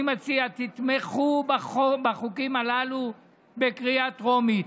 אני מציע: תתמכו בחוקים הללו בקריאה טרומית.